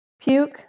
Puke